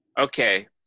okay